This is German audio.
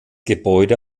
gebäude